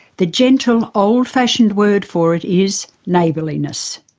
the gentle, old-fashioned word for it is neighbourliness.